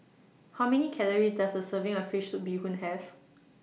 How Many Calories Does A Serving of Fish Soup Bee Hoon Have